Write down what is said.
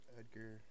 edgar